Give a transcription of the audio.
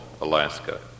Alaska